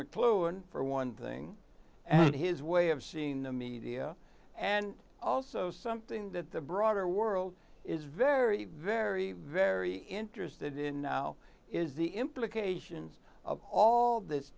mcluhan for one thing and his way of seeing the media and also something that the broader world is very very very interested in how is the implications of all this